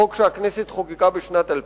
חוק שהכנסת חוקקה בשנת 2000?